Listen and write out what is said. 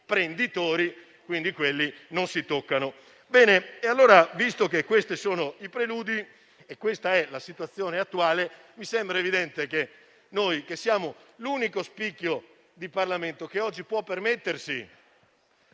«prenditori», quindi quelli non si toccano. Visto che questi sono i preludi e questa è la situazione attuale, mi sembra evidente che noi siamo l'unico spicchio di Parlamento che oggi può addirittura